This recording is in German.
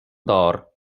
dar